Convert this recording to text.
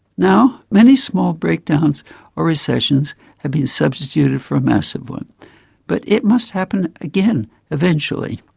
now many small breakdowns or recessions have been substituted for a massive one but it must happen again, eventually.